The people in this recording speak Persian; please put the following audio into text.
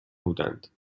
بودند